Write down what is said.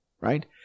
right